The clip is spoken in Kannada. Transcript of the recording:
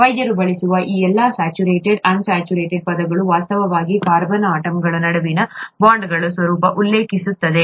ವೈದ್ಯರು ಬಳಸುವ ಈ ಎಲ್ಲಾ ಸ್ಯಾಚುರೇಟೆಡ್ ಅನ್ ಸ್ಯಾಚುರೇಟೆಡ್ ಪದಗಳು ವಾಸ್ತವವಾಗಿ ಕಾರ್ಬನ್ ಆಟಾಮ್ಗಳ ನಡುವಿನ ಬಾಂಡ್ಗಳ ಸ್ವರೂಪವನ್ನು ಉಲ್ಲೇಖಿಸುತ್ತವೆ